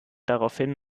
daraufhin